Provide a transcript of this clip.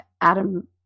Adam